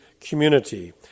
community